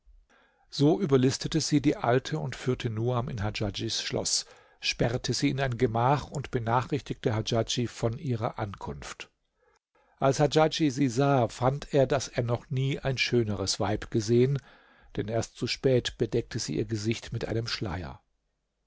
so überlistete sie die alte und führte nuam in hadjadjs schloß sperrte sie in ein gemach und benachrichtigte hadjadj von ihrer ankunft als hadjadj sie sah fand er daß er noch nie ein schöneres weib gesehen denn erst zu spät bedeckte sie ihr gesicht mit einem schleier